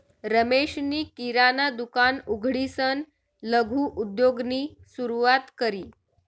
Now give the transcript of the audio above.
रमेशनी किराणा दुकान उघडीसन लघु उद्योगनी सुरुवात करी